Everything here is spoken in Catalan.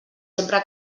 sempre